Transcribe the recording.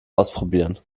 ausprobieren